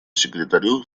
секретарю